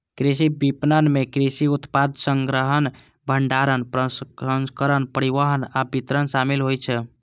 कृषि विपणन मे कृषि उत्पाद संग्रहण, भंडारण, प्रसंस्करण, परिवहन आ वितरण शामिल होइ छै